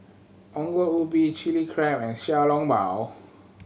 Ongol Ubi Chilli Crab and Xiao Long Bao